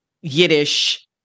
Yiddish